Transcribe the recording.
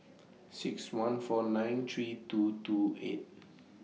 six one four nine three two two eight